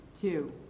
two